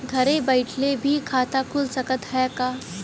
घरे बइठले भी खाता खुल सकत ह का?